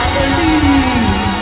believe